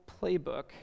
playbook